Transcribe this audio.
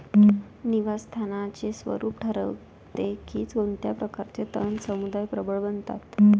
निवास स्थानाचे स्वरूप ठरवते की कोणत्या प्रकारचे तण समुदाय प्रबळ बनतात